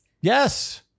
Yes